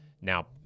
now